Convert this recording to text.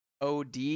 od